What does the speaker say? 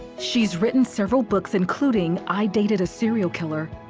she has written several books, including i dated a serial killer,